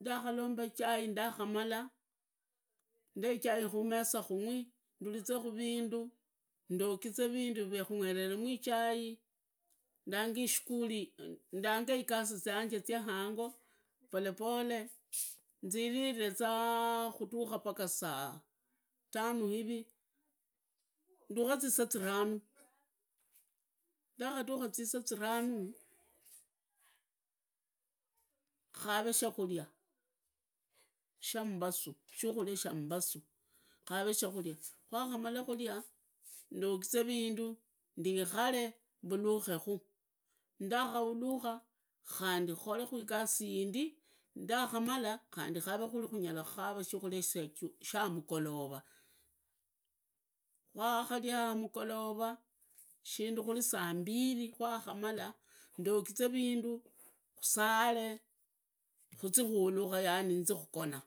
ndakholomba ichai ndatihamala nde ichai khumeza khungwi, ndurizekha vindu, ndoriize vindu vya khung’wereremu ichai ndange igasi zyanje zya hango polepole, nzirirezaa khuduria mbaria saa tano hivi ndukhe zisaa zirana, ndakadukha zisaa ziranu, khavee shakhuria shambasu, shukhuria shambasu, kharee shukhuria, kwakhamala kuria ndogizee vindu, ndikhalee mbulukhekhu, ndakha hulukha khandi, kholeku igasi yindi, ndakhamala khandi khukhaveku kuri khunyala khakara shukhulia sha amugolova, kwakhalia amugolora, shindu khuri saa mbili kwakhamara, ndogizee vindu khusale, khuzii khulikhe yaani khuzi kugona.